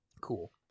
Cool